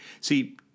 See